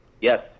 Yes